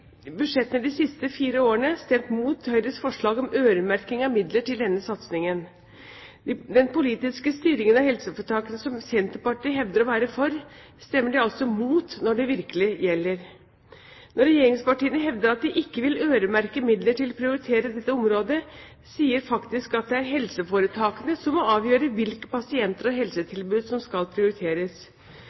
budsjettene de siste fire årene stemt mot Høyres forslag om øremerking av midler til denne satsingen. Den politiske styringen av helseforetakene som Senterpartiet hevder å være for, stemmer de altså mot når det virkelig gjelder. Når regjeringspartiene hevder at de ikke vil øremerke midler til prioriterte områder, sier de faktisk at det er helseforetakene som må avgjøre hvilke pasienter og helsetilbud som skal prioriteres.